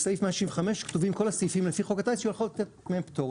בסעיף 165 כתובים כל הסעיפים לפי חוק הטיס שהוא יכול לתת להם פטור.